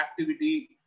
activity